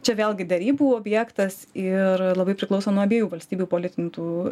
čia vėlgi derybų objektas ir labai priklauso nuo abiejų valstybių politinių tų